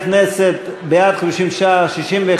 ההסתייגויות לסעיף 29,